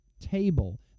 table